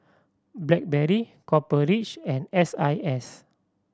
Blackberry Copper Ridge and S I S